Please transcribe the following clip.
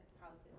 houses